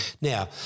now